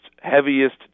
heaviest